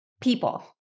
people